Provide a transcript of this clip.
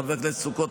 חבר הכנסת סוכות,